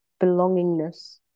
belongingness